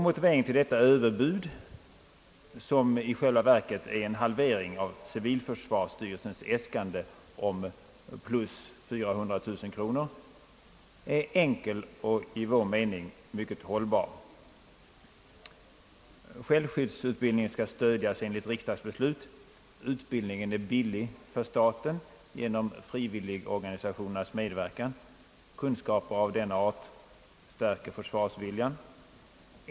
Motiveringen till detta överbud, som i själva verket är en halvering av civilförsvarsstyrelsens äskanden om ytterligare 400 000 kronor, är enkel och enligt vår mening mycket hållbar. Självskyddsutbildningen skall stödjas enligt riksdagsbeslut. Utbildningen är billig för staten genom frivilligorganisationernas medverkan. Kunskaper av denna art stärker försvarsviljan.